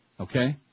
Okay